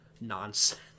nonsense